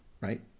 right